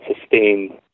sustain